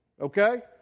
okay